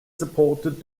supported